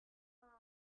paused